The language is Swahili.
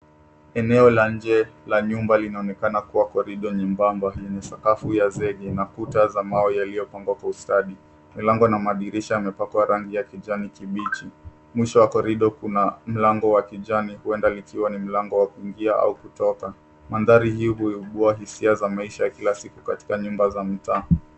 Eneo la nje, la nyumba linamekana kuwa korido nyembamba yenye sakafu ya zegie, na kuta za mawe yaliyo pangwa kwa usadi. Milango na madirisha yamepakwa rangi ya kijani kibichi. Mwisho wa korido kuna milango wa kijani, huenda likiwa ni milango wa kuingia au kutoka. Mandari hii huibua hisia za maisha ya kila siku katika nyumba za mtaa.